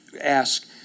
ask